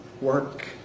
work